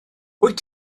wyt